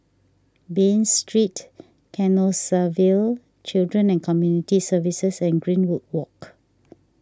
Bain Street Canossaville Children and Community Services and Greenwood Walk